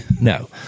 No